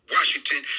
Washington